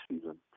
season